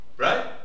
Right